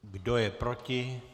Kdo je proti?